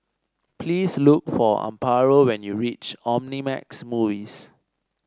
please look for Amparo when you reach Omnimax Movies